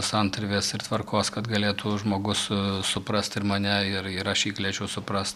santarvės ir tvarkos kad galėtų žmogus suprast ir mane ir ir aš jį galėčiau suprast